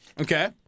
Okay